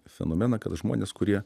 fenomeną kad žmonės kurie